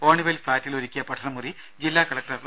ഓണിവയൽ ഫ്ളാറ്റിൽ ഒരുക്കിയ പഠനമുറി ജില്ലാ കലക്ടർ ഡോ